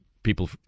people